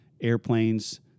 airplanes